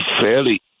fairly